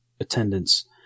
attendance